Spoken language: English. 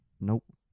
Nope